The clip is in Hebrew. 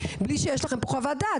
בלי שיש לכם פה חוות דעת,